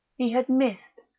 he had missed.